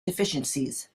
deficiencies